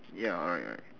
ya alright alright